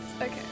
okay